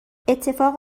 اتفاق